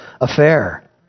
affair